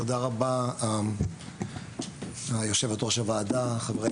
תודה רבה יושבת ראש הוועדה, חברי